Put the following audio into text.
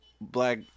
black